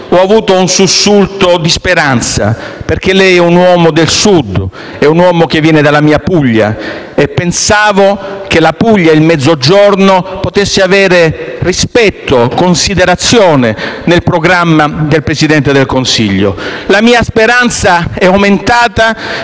ho avuto un sussulto di speranza, perché lei è un uomo del Sud, è un uomo che viene dalla mia Puglia. Pensavo, quindi, che la Puglia e il Mezzogiorno potessero trovare rispetto e considerazione nel programma del Presidente del Consiglio. La mia speranza è aumentata